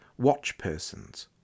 watchpersons